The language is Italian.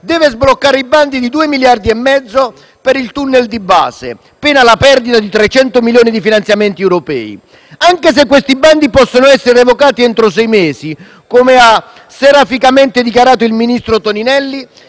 deve sbloccare i bandi per 2,5 miliardi di euro per il *tunnel* di base, pena la perdita di 300 milioni di euro di finanziamenti europei. Anche se questi bandi possono essere revocati entro sei mesi - come ha seraficamente dichiarato il ministro Toninelli